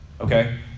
okay